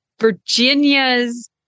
Virginia's